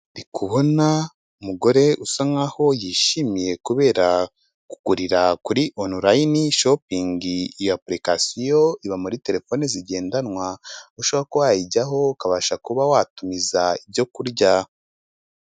Ndi kubona umugore usa nk'aho yishimiye, kubera kugurira kuri onurayini shopingi iyo apurikasiyo iba muri telefone zigendanwa, ushabora kubawayijyaho ukabasha kuba watumiza ibyo kurya.